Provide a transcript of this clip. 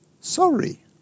sorry